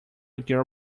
girl